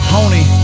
Pony